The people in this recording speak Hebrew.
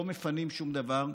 לא מפנים שום דבר.